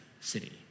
city